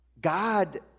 God